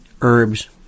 herbs